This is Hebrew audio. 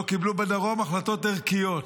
לא קיבלו בדרום החלטות ערכיות.